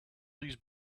these